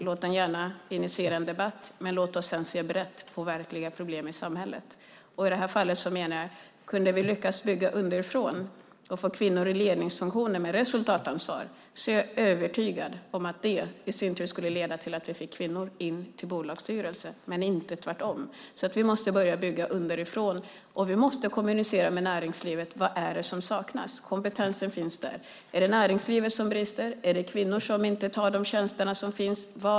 Låt den gärna initiera en debatt, men låt oss sedan se brett på verkliga problem i samhället. Om vi i det här fallet lyckades bygga underifrån och få kvinnor i ledningsfunktion med resultatansvar är jag övertygad om att det i sin tur skulle leda till att vi fick kvinnor in i bolagsstyrelser, men inte tvärtom. Vi måste börja bygga underifrån. Vi måste kommunicera med näringslivet: Vad är det som saknas? Kompetensen finns där. Är det näringslivet som brister? Är det kvinnor som inte tar de tjänster som finns?